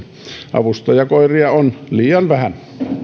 avustajakoiria on liian vähän